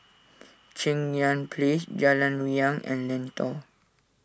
Cheng Yan Place Jalan Riang and Lentor